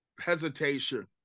hesitation